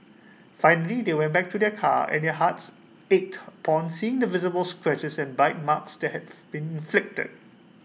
finally they went back to their car and their hearts ached upon seeing the visible scratches and bite marks that have been inflicted